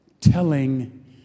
telling